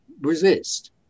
resist